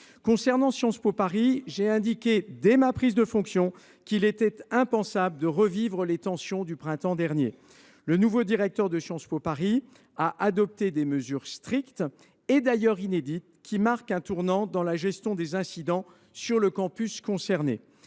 concerne Sciences Po Paris, j’ai indiqué dès ma prise de fonctions qu’il était impensable de revivre les tensions du printemps dernier. Le nouveau directeur de l’établissement a adopté des mesures strictes et inédites, qui marquent un tournant dans la gestion des incidents sur le campus concerné.